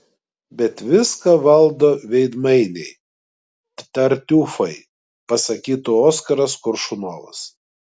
bet viską valdo veidmainiai tartiufai pasakytų oskaras koršunovas